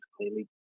clearly